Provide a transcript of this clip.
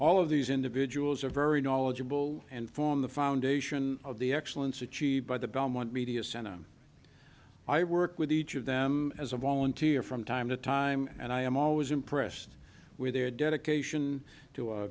all of these individuals are very knowledgeable and form the foundation of the excellence achieved by the belmont media center i work with each of them as a volunteer from time to time and i am always impressed with their dedication to